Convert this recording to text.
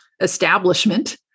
establishment